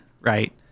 right